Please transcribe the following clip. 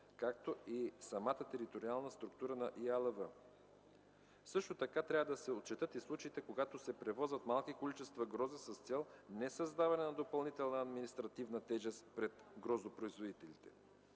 както и самата териториална структура на ИАЛВ. Също така трябва да се отчетат и случаите, когато се превозват малки количества грозде с цел несъздаване на допълнителна административна тежест пред гроздопроизводителите.